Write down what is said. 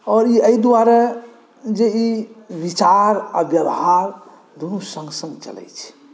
और ई एहि दुआरे जे ई विचार आ व्यवहार दुनू सङ्ग सङ्ग चलै छै